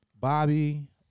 Bobby